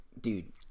dude